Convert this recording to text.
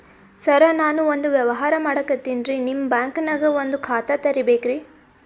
ಸರ ನಾನು ಒಂದು ವ್ಯವಹಾರ ಮಾಡಕತಿನ್ರಿ, ನಿಮ್ ಬ್ಯಾಂಕನಗ ಒಂದು ಖಾತ ತೆರಿಬೇಕ್ರಿ?